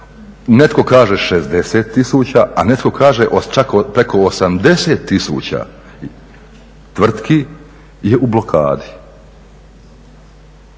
Netko kaže 60 tisuća, a netko kaže čak preko 80 tisuća tvrtki je u blokadi.